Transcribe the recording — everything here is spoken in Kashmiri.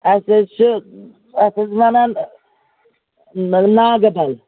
اَسہِ حظ چھِ اسہِ حظ وَنان نُرناگہٕ بَل